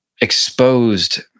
exposed